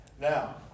Now